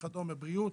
בריאות.